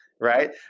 right